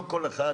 לא כל אחד,